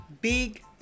big